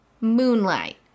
Moonlight